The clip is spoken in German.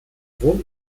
wohnt